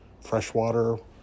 freshwater